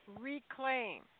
Reclaim